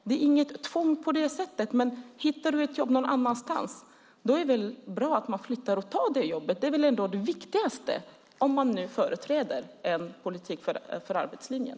Det är inget tvång på det sättet, men hittar man ett jobb någon annanstans är det bra att man flyttar och tar det jobbet. Det är väl ändå det viktigaste om man företräder en politik för arbetslinjen.